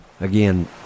Again